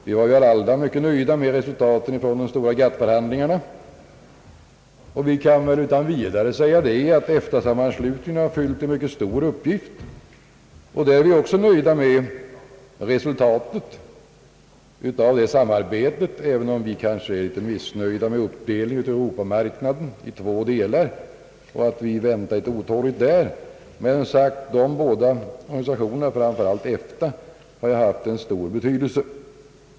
Vi är väl alla nöjda med resultaten från de stora GATT-förhandlingarna, och det kan utan vidare sägas att EFTA-sammanslutningen har fyllt en mycket stor uppgift. Vi är också nöjda med resuiltatet av detta samarbete, även om vi kanske är litet missnöjda med uppdelningen av europamarknaden i två delar och därvidlag väntar en smula otåligt, men båda dessa organisationer, framför allt EFTA, har haft en stor betydelse.